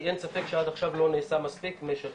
כי אין ספק שעד עכשיו לא נעשה מספיק במשך